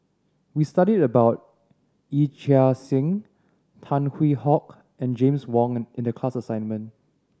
we studied about Yee Chia Hsing Tan Hwee Hock and James Wong in the class assignment